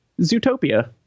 zootopia